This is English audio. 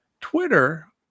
Twitter